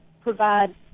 provide